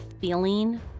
feeling